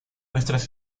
nuestras